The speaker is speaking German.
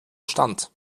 stand